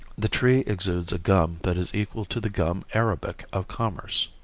the tree exudes a gum that is equal to the gum arabic of commerce.